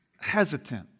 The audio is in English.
Hesitant